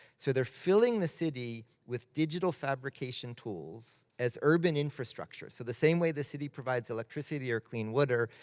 so they're filling the city with digital fabrication tools as urban infrastructure. so the same way the city provides electricity or clean water,